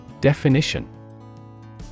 Definition